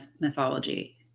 mythology